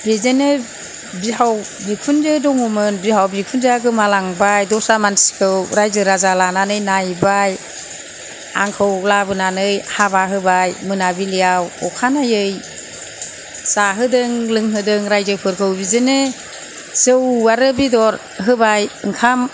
बिदिनो बिहाव बिखुनजो दङ'मोन बिहाव बिखुनजोआ गोमालांबाय दस्रा मानसिखौ रायजो राजा लानानै नायबाय आंखौ लाबोनानै हाबा होबाय मोनाबिलिआव अखानायै जाहोदों लोंहोदों रायजोफोरखौ बिदिनो जौ आरो बेदर होबाय ओंखाम